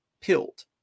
pilled